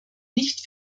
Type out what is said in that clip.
nicht